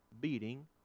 beating